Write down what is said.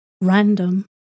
random